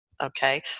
Okay